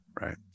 Right